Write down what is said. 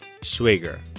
Schwager